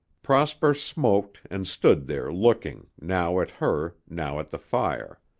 prosper smoked and stood there looking, now at her, now at the fire.